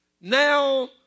Now